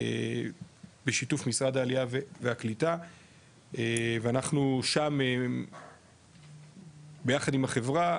בשיתוף משרד העלייה והקליטה ואנחנו שם ביחד עם החברה,